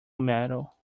metal